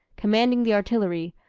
commanding the artillery,